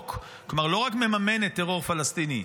שבחוק לא רק מממנת טרור פלסטיני,